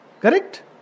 Correct